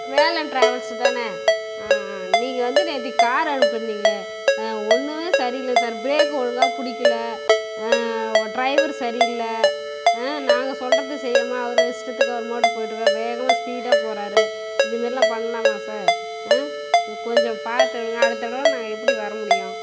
Velan travels தானே நீங்கள் வந்து நேற்றைக்கு கார் அனுப்பியிருந்தீங்களே ஒன்றுமே சரியில்லை சார் பிரேக் ஒழுங்காக பிடிக்கல டிரைவர் சரியில்லை ஆ நாங்கள் சொல்கிறது செய்யாமல் அவர் இஷ்டத்துக்கு அவர் பாட்டுக்கு போய்ட்ருக்கார் வேகமாக ஸ்பீடாக போகிறாரு இது மாரிலாம் பண்ணலாமா சார் ஆ கொஞ்சம் பார்த்து விடுங்கள் அடுத்த தடவை நான் எப்படி வர முடியும்